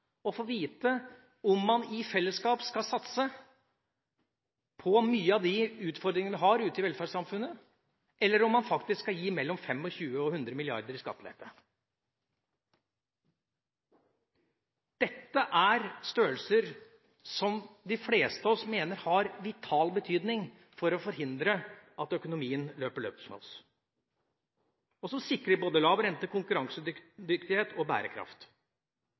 å få vite om man i fellesskap skal satse på mange av de utfordringene vi har ute i velferdssamfunnet, eller om man faktisk skal gi mellom 25 mrd. kr og 100 mrd. kr i skattelette. De fleste av oss mener at dette er størrelser som er av vital betydning for å forhindre at økonomien løper løpsk med oss, og som sikrer både lav rente, konkurransedyktighet og bærekraft.